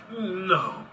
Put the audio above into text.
No